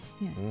Yes